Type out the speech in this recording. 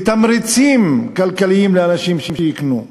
בתמריצים כלכליים לאנשים שיקנו.